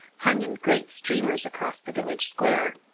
hung in great streamers across the village square.